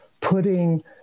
putting